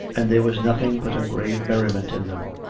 and there was nothing but a grave merri ment in them.